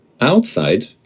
outside